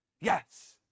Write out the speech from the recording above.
Yes